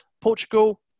Portugal